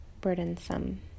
burdensome